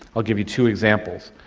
i'll give you two examples.